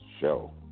Show